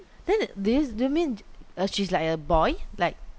then this do you mean uh she's like a boy like